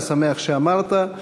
אני שמח שאמרת.